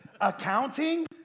Accounting